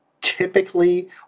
Typically